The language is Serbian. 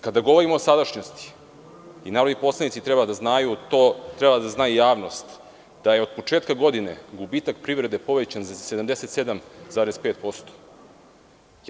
Kada govorimo o sadašnjosti i narodni poslanici to treba da znaju, a i javnost da je od početka godine gubitak privrede povećan za 77,5%